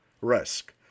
risk